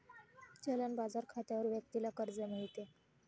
चलन बाजार खात्यावर व्यक्तीला कर्ज मिळते